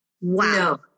Wow